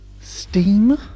Steam